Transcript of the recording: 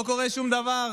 לא קורה שום דבר,